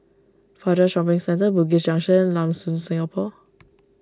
Fajar Shopping Centre Bugis Junction Lam Soon Singapore